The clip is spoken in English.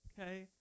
okay